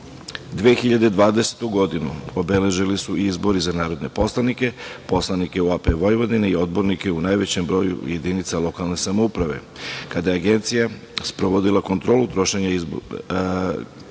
2020. obeležili su izbori za narodne poslanike, poslanike u AP Vojvodine i odbornike u najvećem broju jedinica lokalne samouprave. Kada je Agencija sprovodila kontrolu trošenja izborne